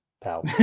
pal